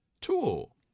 tool